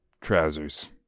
trousers